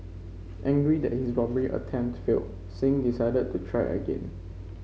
angry that his robbery attempt failed Singh decided to try again